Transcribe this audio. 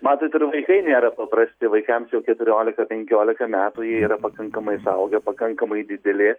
matot ir vaikai nėra paprasti vaikams jau keturiolika penkiolika metų jie yra pakankamai suaugę pakankamai dideli